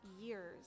years